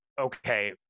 okay